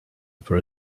for